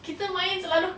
kita main selalu